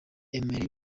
emery